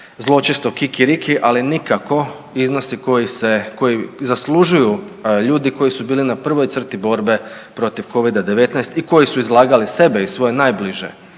zločesto kikiriki, ali nikako iznosi koji zaslužuju ljudi koji su bili na prvoj crti borbe protiv covida -19 i koji su izlagali sebe i svoje najbliže